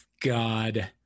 God